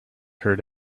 hurt